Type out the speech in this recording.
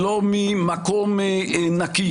ולא ממקום נקי.